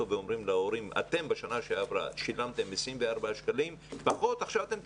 ואומרים להורים: בשנה שעברה שילמתם 24 שקלים פחות,